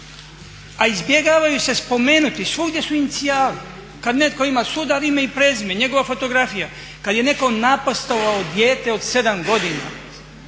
A izbjegavaju se spomenuti, svugdje su inicijali. Kad netko ima sudar ime i prezime, njegova fotografija. Kad je netko napastvovao dijete od 7 godina,